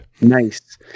Nice